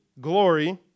glory